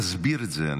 תסביר את זה.